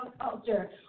culture